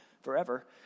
forever